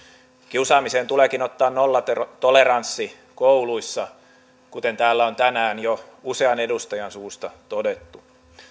kiusaamiseen tuleekin ottaa nollatoleranssi kouluissa kuten täällä on tänään jo usean edustajan suusta todettu